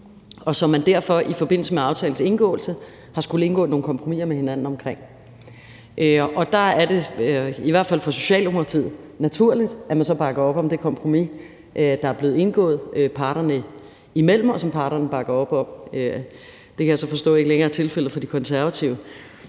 og som man derfor i forbindelse med aftalens indgåelse har skullet indgå nogle kompromiser med hinanden omkring. Der er det i hvert fald for Socialdemokratiet naturligt, at man så bakker op om det kompromis, der er blevet indgået parterne imellem, og som parterne bakker op om. Det kan jeg så forstå ikke længere er tilfældet for De Konservative,